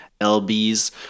lbs